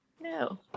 No